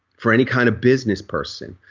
for any kind of business person,